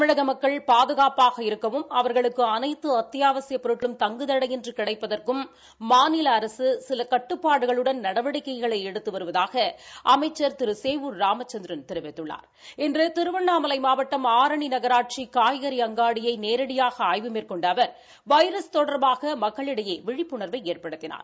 தமிழக மக்கள் பாதுகாப்பாக இருக்கவும் அவர்களுக்கு அனைத்து அத்தியாவசியப் பொருட்களும் தங்கு தடையின்றி கிடைப்பதற்கும் மாநில அரசு சில கட்டுப்பாடுகளுடன் நடவடிக்கைகளை எடுத்து வருவதாக அமைச்சா் திரு சேவூர் ராமச்சந்திரன் இன்று திருவண்ணாமலை மாவட்டம் ஆரணி நகராட்சி காய்கறி அங்காடியை நேரடியாக ஆய்வு மேற்கொண்ட அவர் வைரஸ் தொடர்பாக மக்களிடையே விழிப்புணர்வை ஏற்படுத்தினார்